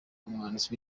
umwanditsi